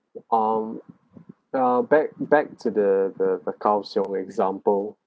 um uh back back to the the the kaohsiung example